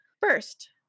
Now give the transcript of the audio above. First